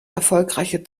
erfolgreiche